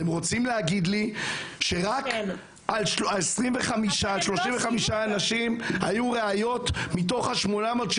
אתם רוצים להגיד לי שרק על 25-35 אנשים היו ראיות מתוך 800?